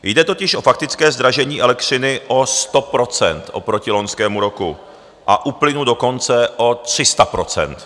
Jde totiž o faktické zdražení elektřiny o 100 % oproti loňskému roku a u plynu dokonce o 300 %.